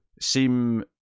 seem